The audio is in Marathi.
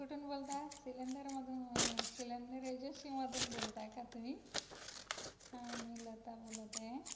कुठून बोलता सिलेंडरमधून सिलेंडर एजन्सीमधून बोलताय का तुम्ही हां मी लता बोलत आहे